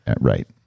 Right